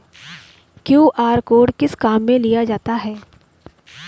QR code किस किस काम में लिया जाता है?